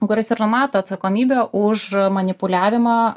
kuris ir numato atsakomybę už manipuliavimą